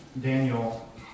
Daniel